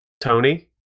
Tony